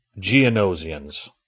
Geonosians